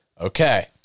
Okay